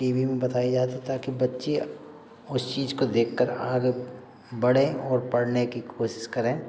T V में बताई जाती ताकि बच्चे उस चीज़ को देखकर आगे बढ़ें और पढ़ने की कोशिश करें